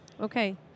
Okay